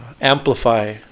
amplify